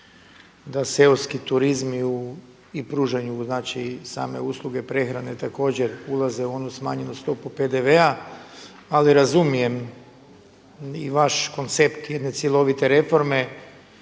da seoski turizmi u, i pružanju znači same usluge prehrane također ulaze u onu smanjenu stopu PDV-a. Ali razumijem i vaš koncept jedne cjelovite reforme